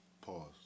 Pause